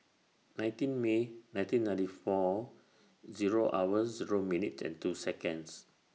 nineteen May nineteen ninety four Zero hour Zero minute and two Seconds